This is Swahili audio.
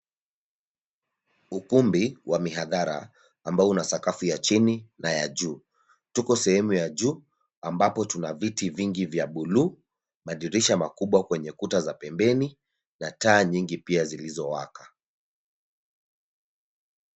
Ukumbi wa mihadhara ambao una sakafu ya chini na ya juu. Tuko sehemu ya juu ambapo tuna viti vingi vya bluu, madirisha makubwa kwenye kuta za pembeni, na taa nyingi pia zilizowaka.